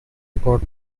got